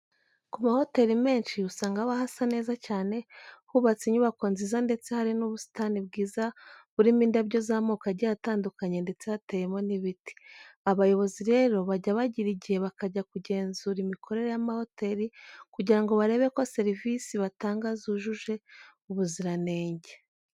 Ku mahoteri menshi usanga haba hasa neza cyane, hubatse inyubako nziza ndetse hari n'ubusitani bwiza burimo indabyo z'amoko agiye atandukanye ndetse hateyemo n'ibiti. Abayobozi rero bajya bagira igihe bakajya kugenzura imikorere y'amahoteri kugira ngo barebe ko serivisi batanga zujuje ubuziranenge.